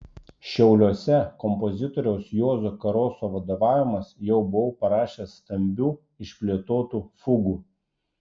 šiauliuose kompozitoriaus juozo karoso vadovaujamas jau buvau parašęs stambių išplėtotų fugų